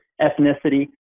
ethnicity